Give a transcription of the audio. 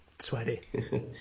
Sweaty